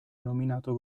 nominato